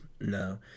No